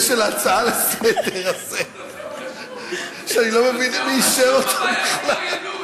הצעה לסדר-היום, שאני לא מבין מי אישר אותה בכלל.